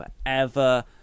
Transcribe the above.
forever